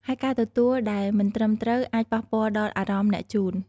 ហើយការទទួលដែលមិនត្រឹមត្រូវអាចប៉ះពាល់ដល់អារម្មណ៍អ្នកជូន។